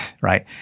right